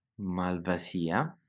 Malvasia